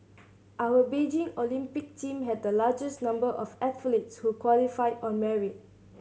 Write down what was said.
our Beijing Olympic team had the largest number of athletes who qualified on merit